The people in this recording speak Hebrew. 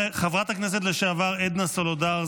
חברת הכנסת לשעבר עדנה סולודר,